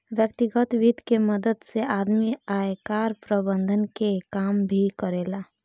व्यतिगत वित्त के मदद से आदमी आयकर प्रबंधन के काम भी करेला